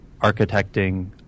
architecting